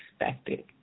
expected